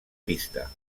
pista